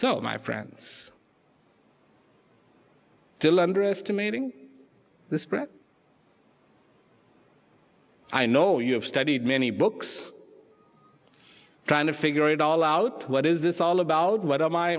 so my friends still under estimating the spread i know you have studied many books trying to figure it all out what is this all about what am i